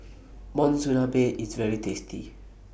Monsunabe IS very tasty